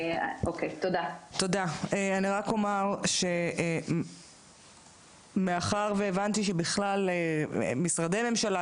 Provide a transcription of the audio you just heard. אני רק אומר שמאחר שהבנתי שבכלל משרדי ממשלה,